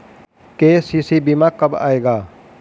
KCC बीमा कब आएगा?